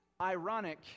ironic